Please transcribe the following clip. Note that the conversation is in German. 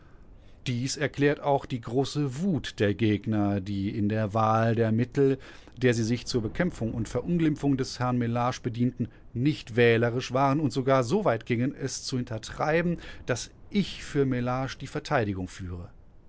dies erklärt auch die große wut der gegner die in der wahl der mittel der sie sich zur bekämpfung und verunglimpfung des herrn mellage bedienten nicht wählerisch waren und sogar so weit gingen es zu hintertreiben daß ich für mellage die verteidigung führe